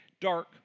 dark